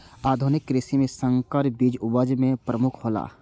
आधुनिक कृषि में संकर बीज उपज में प्रमुख हौला